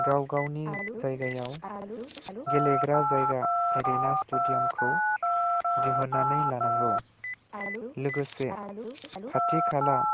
गावगावनि जायगायाव गेलेग्रा जायगा एरिना स्टेडियामखौ दिहुननानै लानांगौ लोगोसे खाथि खाला